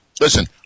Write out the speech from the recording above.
Listen